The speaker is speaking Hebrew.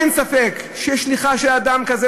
אין ספק ששליחה של אדם כזה,